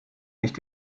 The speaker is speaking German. nicht